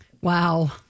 Wow